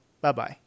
bye-bye